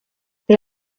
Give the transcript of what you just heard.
they